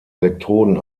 elektroden